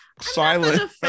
silent